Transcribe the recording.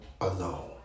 alone